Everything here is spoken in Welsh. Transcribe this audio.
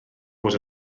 bod